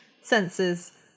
senses